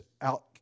out